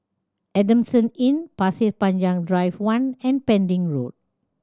Adamson Inn Pasir Panjang Drive One and Pending Road